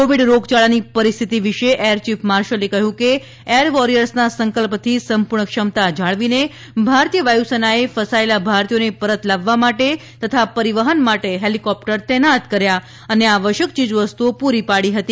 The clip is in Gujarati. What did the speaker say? કોવિડ રોગયાળાની પરિસ્થિતિ વિશે એર ચીફ માર્શલે કહ્યું કે એર વોરિયર્સના સંકલ્પથી સંપૂર્ણ ક્ષમતા જાળવીને ભારતીય વાયુસેનાએ ફસાયેલા ભારતીયોને પરત લાવવા માટે તથા પરિવહન માટે હેલિકોપ્ટર તૈનાત કર્યા અને આવશ્યક ચીજવસ્તુઓ પૂરી પડી હતી